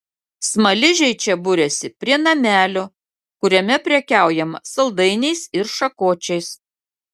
smaližiai čia buriasi prie namelio kuriame prekiaujama saldainiais ir šakočiais